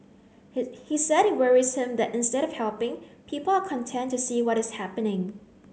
he he said it worries him that instead of helping people are content to see what is happening